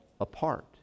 apart